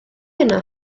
yno